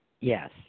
Yes